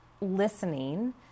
listening